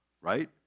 right